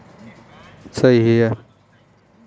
छोटू Atal pension Yojana की शुरुआत मई दो हज़ार पंद्रह में हुई थी